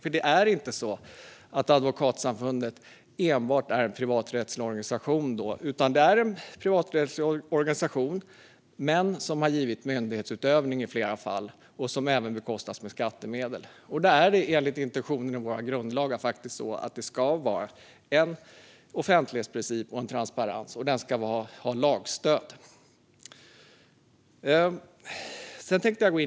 Advokatsamfundet är ju inte enbart en privaträttslig organisation; det är en privaträttslig organisation som getts myndighetsutövning som bekostas av skattemedel. Då är det enligt intentionen i vår grundlag så att det ska vara en transparens enligt offentlighetsprincipen, och den ska ha lagstöd.